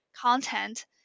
content